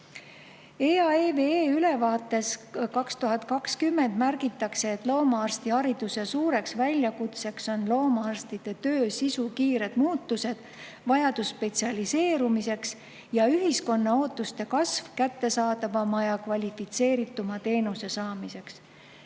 aasta ülevaates märgitakse, et loomaarstihariduse suureks väljakutseks on loomaarstide töö sisu kiired muutused, vajadus spetsialiseerumiseks ja ühiskonna ootuste kasv kättesaadavama ja kvalifitseerituma teenuse saamiseks.